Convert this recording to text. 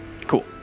Cool